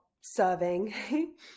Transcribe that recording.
serving